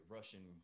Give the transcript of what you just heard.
Russian